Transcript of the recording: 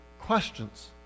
questions